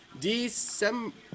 December